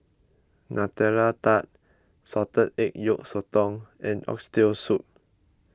Nutella Tart Salted Egg Yolk Sotong and Oxtail Soup